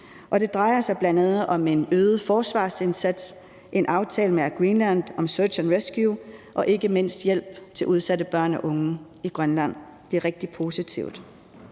det drejer sig bl.a. om en øget forsvarsindsats, en aftale med Air Greenland om search and rescue og ikke mindst om hjælp til udsatte børn og unge i Grønland. Det er rigtig positivt.